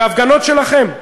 בהפגנות שלכם,